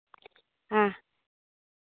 ᱦᱮᱸ